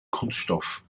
kunststoff